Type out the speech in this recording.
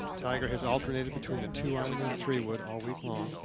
tiger has alternated between a two-iron and three wood all week long.